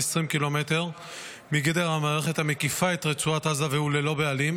20 ק"מ מגדר המערכת המקיפה את רצועת עזה והוא ללא בעלים,